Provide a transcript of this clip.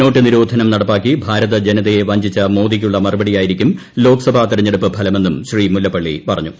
നോട്ടുനിരോധനം നടപ്പാക്കി ഭാരത ജനതയെ വഞ്ചിച്ച മോദിക്കുള്ള മറുപടിയായിരിക്കും ലോക്സഭാ തെരഞ്ഞെടുപ്പ് ഫലമെന്നും ശ്രീ മുല്ലപ്പള്ളി പറഞ്ഞു